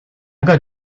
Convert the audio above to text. got